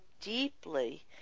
deeply